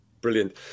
Brilliant